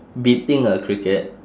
beating a cricket